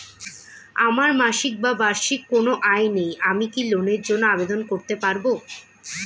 আমার মাসিক বা বার্ষিক কোন আয় নেই আমি কি লোনের জন্য আবেদন করতে পারব?